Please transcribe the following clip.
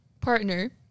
partner